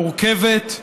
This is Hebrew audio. מורכבת,